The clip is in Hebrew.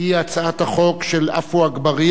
אני רק מבקש מהקואליציה להתארגן,